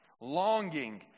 longing